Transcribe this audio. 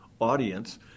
audience